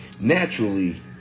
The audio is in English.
Naturally